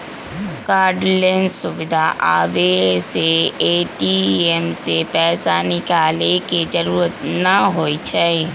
cardless सुविधा आबे से ए.टी.एम से पैसा निकाले के जरूरत न होई छई